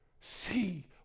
See